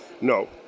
No